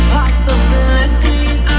Possibilities